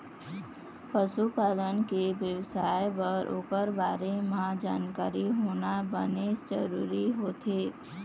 पशु पालन के बेवसाय बर ओखर बारे म जानकारी होना बनेच जरूरी होथे